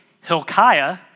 Hilkiah